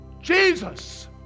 Jesus